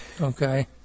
Okay